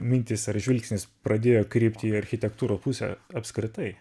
mintys ar žvilgsnis pradėjo krypti į architektūro pusę apskritai